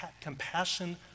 compassion